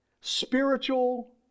Spiritual